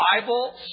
Bible